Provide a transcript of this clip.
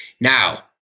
Now